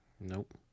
Nope